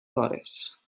vores